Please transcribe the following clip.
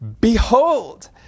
behold